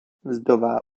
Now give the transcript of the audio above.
mzdová